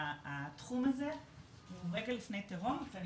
התחום הזה הוא רגע לפני תהום ואני